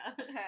Okay